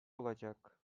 olacak